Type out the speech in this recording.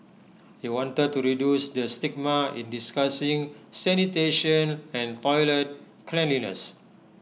he wanted to reduce the stigma in discussing sanitation and toilet cleanliness